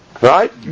Right